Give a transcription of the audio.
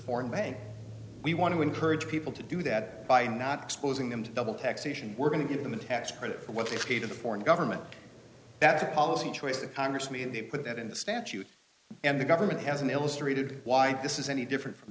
foreign bank we want to encourage people to do that by not exposing them to double taxation we're going to give them a tax credit for what they've created a foreign government that's a policy choice that conversely they put that in the statute and the government has an illustrated why this is any different from